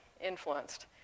influenced